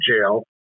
jail